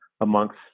amongst